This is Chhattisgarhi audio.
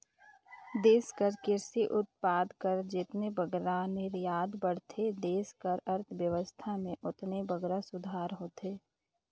देस कर किरसी उत्पाद कर जेतने बगरा निरयात बढ़थे देस कर अर्थबेवस्था में ओतने बगरा सुधार होथे